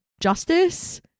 justice